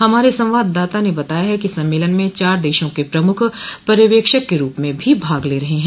हमारे संवाददाता ने बताया है कि सम्मेलन में चार देशों के प्रमुख पर्यवेक्षक के रूप में भी भाग ले रहे हैं